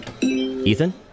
Ethan